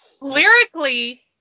Lyrically